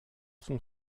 son